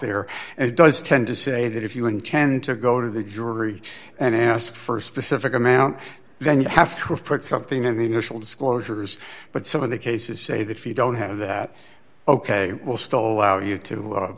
there and it does tend to say that if you intend to go to the jury and ask for a specific amount then you have to put something in the initial disclosures but some of the cases say that if you don't have that ok we'll still allow you to